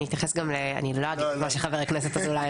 אני לא אגיד את מה שאמר חבר הכנסת אזולאי.